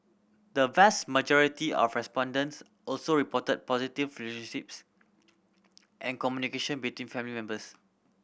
the vast majority of respondents also reported positive relationships and communication between family members